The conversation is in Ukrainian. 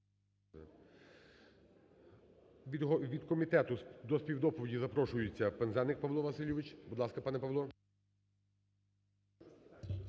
Від комітету до співдоповіді запрошується Пинзеник Павло Васильович. Будь ласка, пане Павло.